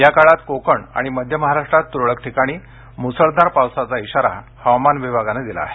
या काळात कोकण आणि मध्य महाराष्ट्रात तुरळक ठिकाणी म्सळधार पावसाचा इशारा हवामान विभागानं दिला आहे